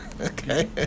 okay